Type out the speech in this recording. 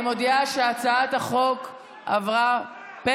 אני מודיעה שהצעת החוק עברה פה